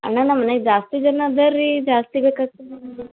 ಅಣ್ಣ ನಮ್ಮ ಮನೆಯಾಗ್ ಜಾಸ್ತಿ ಜನ ಅದಾರ ರೀ ಜಾಸ್ತಿ ಬೇಕಾಗ್ತದ ನಮ್ಗೆ